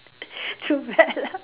too bad lah